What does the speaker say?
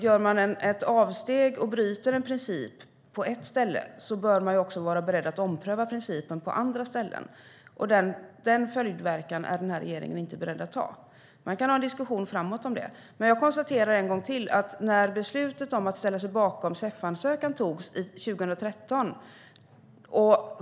Gör man ett avsteg och bryter en princip på ett visst ställe bör man också vara beredd att ompröva principen på andra ställen. Den följdverkan är den här regeringen inte beredd att ta. Man kan ha en diskussion framåt om det. Jag konstaterar en gång till: Beslutet om att ställa sig bakom CEF-ansökan togs 2013.